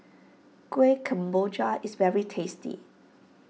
Kueh Kemboja is very tasty